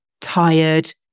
tired